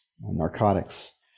narcotics